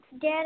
Dad